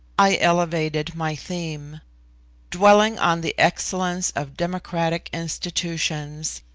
i elevated my theme dwelling on the excellence of democratic institutions,